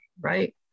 right